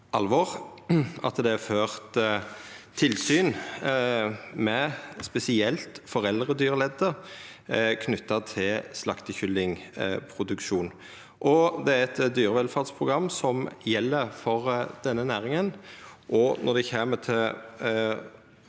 at det er ført tilsyn med spesielt foreldredyrleddet knytt til slaktekyllingproduksjon, og at det er eit dyrevelferdsprogram som gjeld for denne næringa.